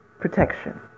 protection